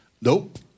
nope